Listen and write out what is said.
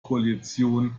koalition